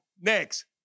next